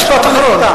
משפט אחרון.